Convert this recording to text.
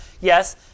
yes